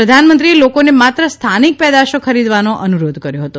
પ્રધાનમંત્રીએ લોકોને માત્ર સ્થાનિક પેદાશો ખરીદવાનો અનુરોધ કર્યો હતો